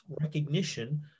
recognition